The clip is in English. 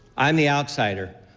i'm the outsider,